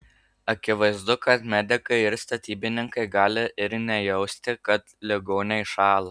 akivaizdu kad medikai ir statybininkai gali ir nejausti kad ligoniai šąla